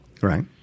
Right